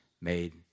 made